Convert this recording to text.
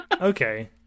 Okay